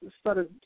started